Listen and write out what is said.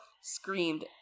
screamed